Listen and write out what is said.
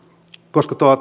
koska